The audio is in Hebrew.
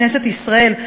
כנסת ישראל,